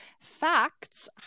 facts